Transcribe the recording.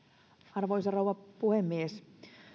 arvoisa rouva puhemies